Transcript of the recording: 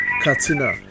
Katina